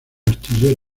astillero